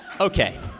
okay